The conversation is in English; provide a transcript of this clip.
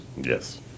Yes